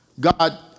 God